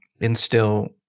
instill